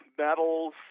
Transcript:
metals